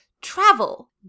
travel